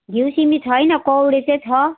घिउ सिमी छैन कौडे चाहिँ छ